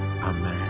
Amen